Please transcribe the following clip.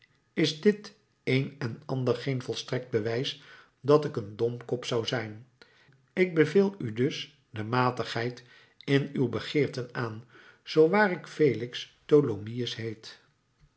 is dit een en ander geen volstrekt bewijs dat ik een domkop zou zijn ik beveel u dus de matigheid in uw begeerten aan zoo waar ik felix tholomyès heet